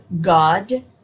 God